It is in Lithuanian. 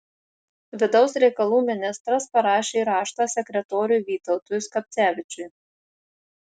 vidaus reikalų ministras parašė raštą sekretoriui vytautui skapcevičiui